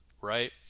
right